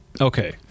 okay